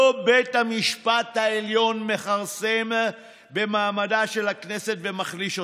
לא בית המשפט העליון מכרסם במעמדה של הכנסת ומחליש אותה,